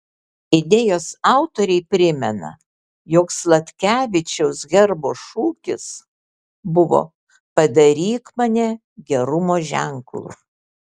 idėjos autoriai primena jog sladkevičiaus herbo šūkis buvo padaryk mane gerumo ženklu